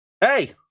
Hey